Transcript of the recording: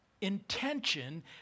intention